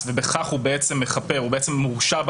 ובכך הוא בעצם מכפר ובעצם מורשע,